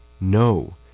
No